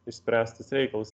išspręstus reikalus